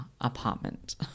apartment